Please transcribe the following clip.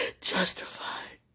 Justified